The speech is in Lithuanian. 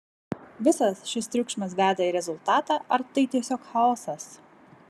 visas šis triukšmas veda į rezultatą ar tai tiesiog chaosas